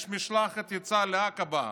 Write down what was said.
יש משלחת שיצאה לעקבה,